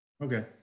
Okay